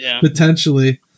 potentially